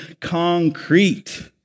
concrete